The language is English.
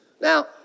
Now